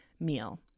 meal